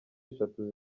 eshatu